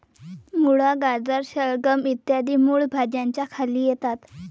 मुळा, गाजर, शलगम इ मूळ भाज्यांच्या खाली येतात